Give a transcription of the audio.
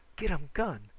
get um gun.